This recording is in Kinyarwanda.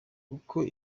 uko